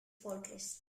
volkes